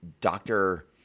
doctor